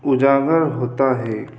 اجاگر ہوتا ہے